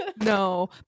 No